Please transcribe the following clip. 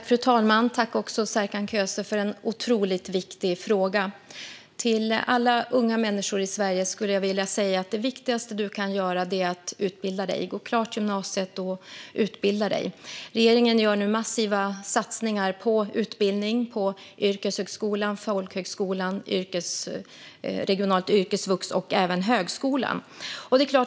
Fru talman! Tack, Serkan Köse, för en otroligt viktig fråga! Till alla unga människor i Sverige skulle jag vilja säga: Det viktigaste du kan göra är att gå klart gymnasiet och utbilda dig. Regeringen gör nu massiva satsningar på utbildning - på yrkeshögskolan, folkhögskolan, regionalt yrkesvux och även högskolan.